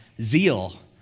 zeal